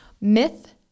myth